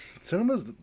cinema's